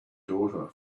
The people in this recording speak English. daughter